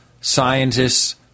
scientists